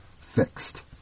fixed